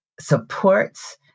supports